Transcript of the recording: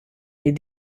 est